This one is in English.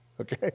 okay